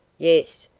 yes,